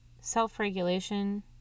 self-regulation